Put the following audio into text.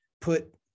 put